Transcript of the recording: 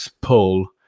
poll